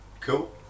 cool